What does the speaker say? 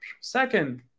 second